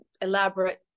elaborate